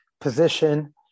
Position